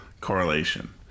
correlation